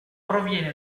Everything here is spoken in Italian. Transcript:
proviene